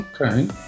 Okay